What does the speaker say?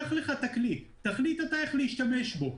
קח את הכלי, תחליט אתה איך להשתמש בו.